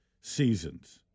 seasons